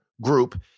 group